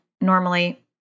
normally